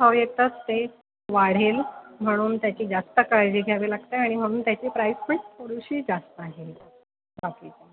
हवेतच ते वाढेल म्हणून त्याची जास्त काळजी घ्यावी लागते आणि म्हणून त्याची प्राईस पण थोडीशी जास्त आहे आपली